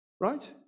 Right